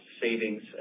savings